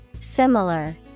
Similar